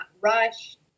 rushed